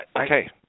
okay